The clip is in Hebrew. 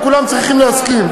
וכולם צריכים להסכים.